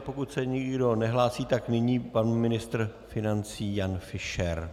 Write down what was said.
Pokud se nikdo nehlásí, tak nyní pan ministr financí Jan Fischer.